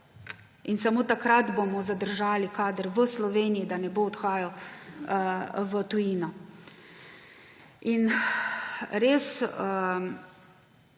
In samo takrat bomo zadržali kader v Sloveniji, da ne bo odhajal v tujino. Res